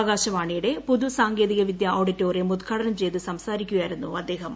ആകാശവാണിയുടെ പുതുസാങ്കേതികവിദ്യ ആഡിറ്റോറിയം ഉദ്ഘാടനംചെയ്തു സംസാരിക്കുകയായിരുന്നു അദ്ദേഹം